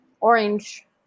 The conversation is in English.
orange